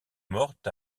morte